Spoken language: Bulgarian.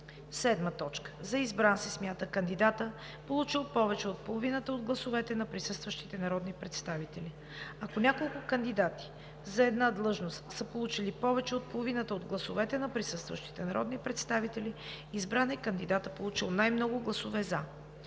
друго. 7. За избран се смята кандидатът, получил повече от половината от гласовете на присъстващите народни представители. Ако няколко кандидати за една длъжност са получили повече от половината от гласовете на присъстващите народни представители, избран е кандидатът, получил най-много гласове „за“.